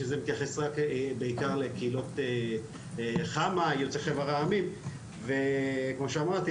שזה מתייחס בעיקר לקהילות יוצאי חבר העמים וכמו שאמרתי,